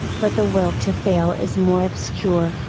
but the will to fail is more obscure,